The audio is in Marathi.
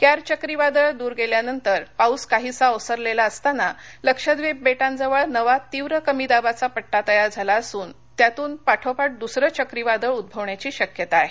क्यार चक्रीवादळ दूर गेल्यानंतर पाऊस काहीसा ओसरलेला असताना लक्षद्वीप बेटांजवळ नवा तीव्र कमी दाबाचा पट्टा तयार झाला असून त्यातून पाठोपाठ दुसर चक्रीवादळ उद्भवण्याची शक्यता आहे